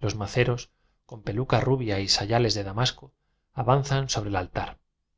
los maceros con peluca rubia y sayales de damasco avanzan sobre el al